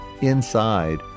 Inside